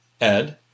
Ed